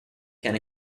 can